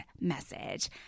message